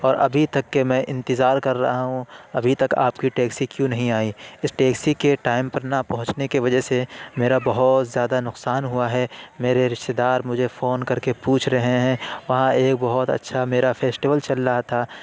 اور ابھی تک کہ میں انتظار کر رہا ہوں ابھی تک آپ کی ٹیکسی کیوں نہیں آئی اس ٹیکسی کے ٹائم پر نہ پہنچنے کے وجہ سے میرا بہت زیادہ نقصان ہوا ہے میرے رشتہ دار مجھے فون کر کے پوچھ رہے ہیں وہاں ایک بہت اچھا میرا فیسٹیول چل رہا تھا